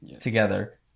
together